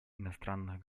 иностранных